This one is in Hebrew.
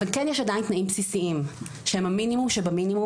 אבל כן יש עדיין תנאים בסיסיים שהם המינימום שבמינימום,